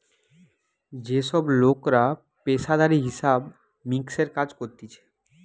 যে সব লোকরা পেশাদারি হিসাব মিক্সের কাজ করতিছে